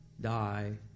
die